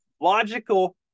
logical